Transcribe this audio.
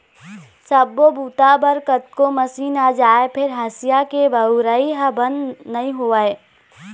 सब्बो बूता बर कतको मसीन आ जाए फेर हँसिया के बउरइ ह बंद नइ होवय